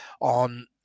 on